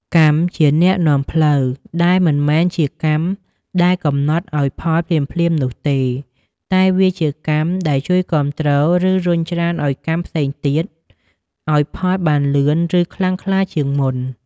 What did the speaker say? កម្មជាអ្នកនាំផ្លូវ ដែលមិនមែនជាកម្មដែលកំណត់ឲ្យផលភ្លាមៗនោះទេ តែវាជាកម្មដែលជួយគាំទ្រ ឬរុញច្រានឲ្យកម្មផ្សេងទៀត ឲ្យផលបានលឿន ឬខ្លាំងក្លាជាងមុន។